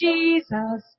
Jesus